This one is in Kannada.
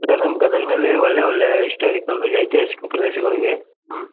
ಸರ್ ನಮ್ಮ ಗದಗನಲ್ಲಿ ಒಳ್ಳೆಯ ಒಳ್ಳೆಯ ಇಸ್ಟೋರಿಕಲ್ ಐತಿಹಾಸಿಕ ಪ್ರದೇಶಗಳಿವೆ ಹ್ಞೂ